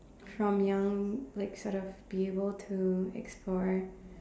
from young like sort of be able to explore